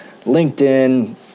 LinkedIn